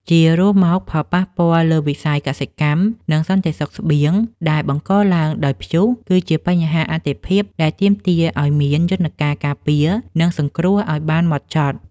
ជារួមមក ផលប៉ះពាល់លើវិស័យកសិកម្ម និងសន្តិសុខស្បៀង ដែលបង្កឡើងដោយព្យុះ គឺជាបញ្ហាអាទិភាពដែលទាមទារឱ្យមានយន្តការការពារ និងសង្គ្រោះឱ្យបានហ្មត់ចត់។